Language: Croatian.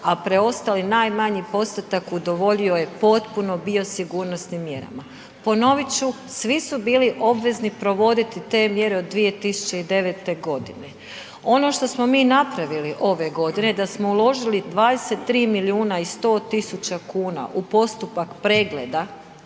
a preostali najmanji postotak udovoljio je potpuno biosigurnosnim mjerama. Ponovit ću, svi su bili obvezni provoditi te mjere od 2009. g. Ono što smo mi napravili ove godine, da smo uložili 23 milijuna i 100 tisuća kuna u postupak pregleda